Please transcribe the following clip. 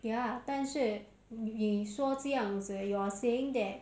ya 但是你说这样子 you're saying that